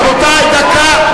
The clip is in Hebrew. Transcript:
רבותי, דקה.